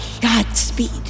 Godspeed